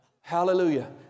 hallelujah